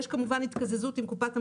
יש כמובן התקזזות עם קופת המדינה,